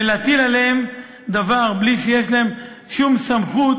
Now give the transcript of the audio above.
ולהטיל עליהם דבר בלי שיש להם שום סמכות,